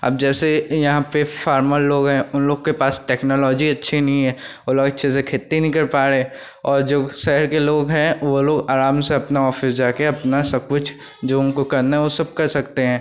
अब जैसे यहाँ पर फार्मर लोग हैं उन लोग के पास टेक्नोलोजी अच्छी नहीं है वह लोग अच्छे से खेती नहीं कर पा रहे और जो शहर के लोग हैं वे लोग आराम से अपना ऑफिस जाकर अपना सब कुछ जो उनको करना वह सब कर सकते हैं